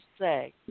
say